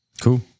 Cool